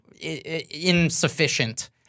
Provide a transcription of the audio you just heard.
insufficient